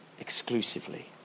exclusively